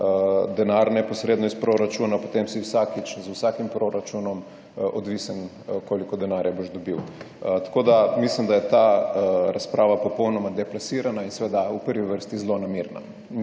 denar neposredno iz proračuna, potem si vsakič z vsakim proračunom odvisen, koliko denarja boš dobil. Tako da mislim, da je ta razprava popolnoma deplasirana in seveda v prvi vrsti zlonamerna